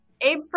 Abe